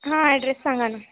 हां ॲड्रेस सांगा ना